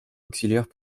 auxiliaires